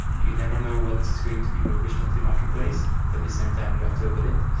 you never know what is going to be published into the marketplace. but at the same time, you have to open it.